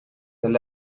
their